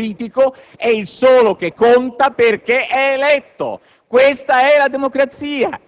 L'autonomia delle Forze armate significa che il potere politico è il solo che conta perché è eletto: questa è la democrazia;